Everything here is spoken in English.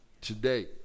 today